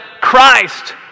Christ